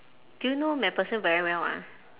do you know macpherson very well ah